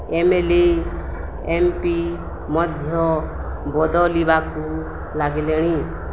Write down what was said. M L A M P ମଧ୍ୟ ବଦଳିବାକୁ ଲାଗିଲେଣି